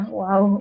wow